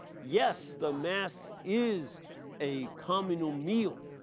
yes the mass is a communal meal.